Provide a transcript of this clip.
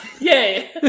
Yay